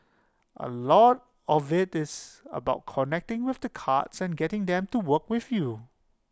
A lot of IT is about connecting with the cards and getting them to work with you